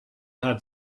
had